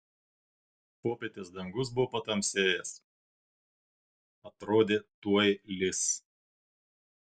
popietės dangus buvo patamsėjęs atrodė tuoj lis